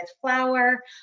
flour